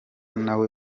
nawe